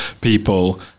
people